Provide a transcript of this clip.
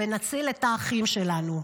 ונציל את האחים שלנו.